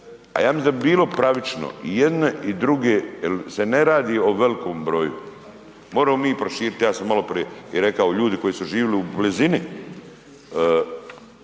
a ja mislim da bi bilo pravično i jedne i druge jel se ne radi o velikom broju, moremo mi i proširit, ja sam maloprije i rekao ljudi koji su živili u blizini